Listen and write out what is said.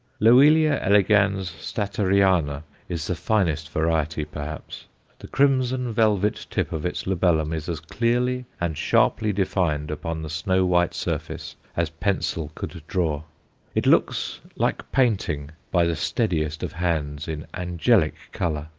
loelia elegans statteriana is the finest variety perhaps the crimson velvet tip of its labellum is as clearly and sharply-defined upon the snow-white surface as pencil could draw it looks like painting by the steadiest of hands in angelic colour.